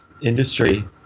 industry